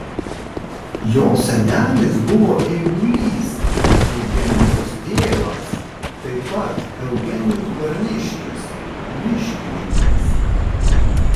jo senelis buvo eigulys eugenijaus tėvas taip pat eugenijus barniškis miškininkas